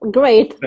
great